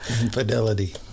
infidelity